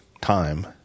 time